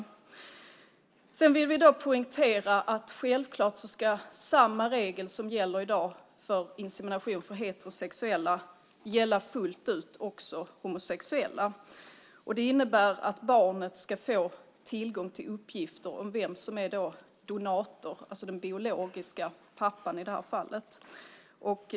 Dessutom vill vi poängtera att samma regel som gäller i dag för insemination för heterosexuella självklart ska gälla fullt ut också för homosexuella. Det innebär att barnet från 18 års ålder ska få tillgång till uppgifter om vem som är donator, alltså den biologiska pappan i det här fallet.